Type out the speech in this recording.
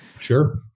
sure